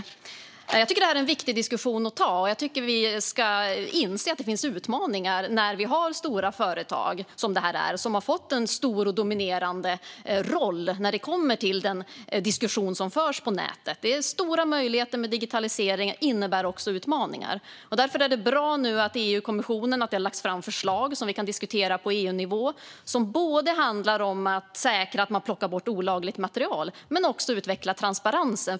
Jag tycker att detta är en viktig diskussion att ha. Jag tycker att vi ska inse att det finns utmaningar när stora företag, som det handlar om, har fått en stor och dominerande roll när det gäller den diskussion som förs på nätet. Digitaliseringen innebär stora möjligheter, men också utmaningar. Därför är det bra att EU-kommissionen nu har lagt fram förslag som vi kan diskutera på EU-nivå, som handlar både om att säkra att man plockar bort olagligt material och om att utveckla transparensen.